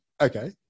Okay